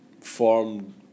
form